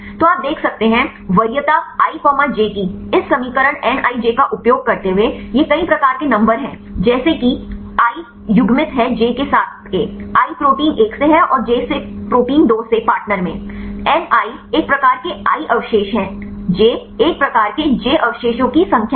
तो आप देख सकते हैं वरीयता i comma j कि इस समीकरण nij का उपयोग करते हुए यह कई प्रकार के नंबर है जैसे कि i युग्मित हैं j के साथ के i प्रोटीन एक से और j से प्रोटीन दो से पार्टनर मै N i एक प्रकार के i अवशेष हैं j एक प्रकार के j अवशेषों की संख्या है